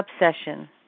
obsession